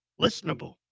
listenable